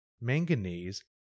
manganese